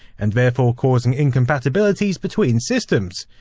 and therefore causing incompatibilities between systems.